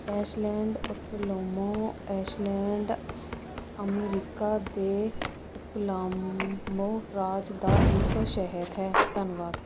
Ashland Oklahoma Ashland America ਦੇ Oklahoma ਰਾਜ ਦਾ ਇੱਕ ਸ਼ਹਿਰ ਹੈ